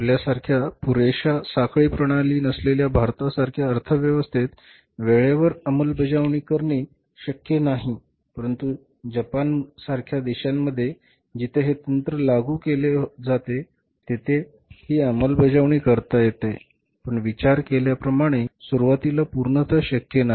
आपल्यासारख्या पुरेशा साखळी प्रणाली नसलेल्या भारतासारख्या अर्थव्यवस्थेत वेळेवर अंमलबजावणी करणे शक्य नाही परंतु जपानसारख्या देशांमध्ये जिथे हे तंत्र लागू केले जाते तेथे ही अंमलबजावणी करता येते पण विचार केल्याप्रमाणे सुरुवातीला पूर्णतः शक्य नाही